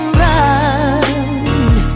run